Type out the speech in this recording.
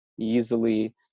easily